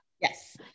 Yes